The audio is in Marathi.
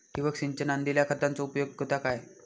ठिबक सिंचनान दिल्या खतांचो उपयोग होता काय?